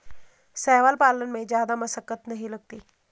शैवाल पालन में जादा मशक्कत नहीं लगती